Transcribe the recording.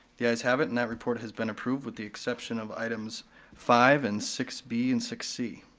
the ayes have it, and that report has been approved with the exception of items five, and six b and six c.